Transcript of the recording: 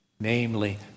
Namely